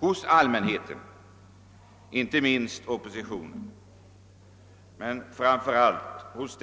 Det gäller inte minst oppositionen, men framför allt